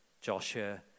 Joshua